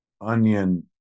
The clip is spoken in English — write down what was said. Onion